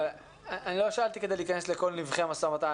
אני לא שאלתי כדי להיכנס לכל נבכי המשא ומתן.